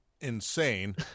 insane